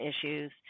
issues